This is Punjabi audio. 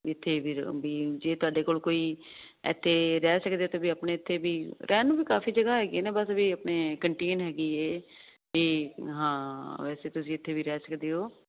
ਇਥੇ ਵੀ ਜੇ ਤੁਹਾਡੇ ਕੋਲ ਕੋਈ ਇਥੇ ਰਹਿ ਸਕਦੇ ਤੇ ਵੀ ਆਪਣੇ ਇਥੇ ਵੀ ਰਹਿਣ ਨੂੰ ਵੀ ਕਾਫੀ ਜਗ੍ਹਾ ਹੈਗੀ ਨਾ ਬਸ ਵੀ ਆਪਣੇ ਕੰਟੀਨ ਹੈਗੀ ਵੈਸੇ ਤੁਸੀਂ ਇਥੇ ਵੀ ਰਹਿ ਸਕਦੇ ਹੋ